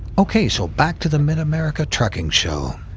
ok, so back to the mid-america trucking show.